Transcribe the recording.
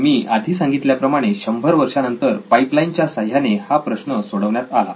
तर मी आधी सांगितल्या प्रमाणे शंभर वर्षानंतर पाईप लाईन च्या साह्याने हा प्रश्न सोडवण्यात आला